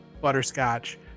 butterscotch